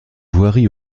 voirie